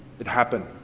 it happened.